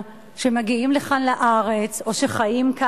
אבל שפועלים על יסוד דיני הגירה שהמחוקק